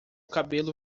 cabelo